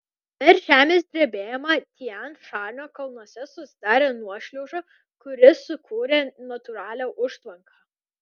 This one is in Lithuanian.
per žemės drebėjimą tian šanio kalnuose susidarė nuošliauža kuri sukūrė natūralią užtvanką